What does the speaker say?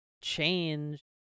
change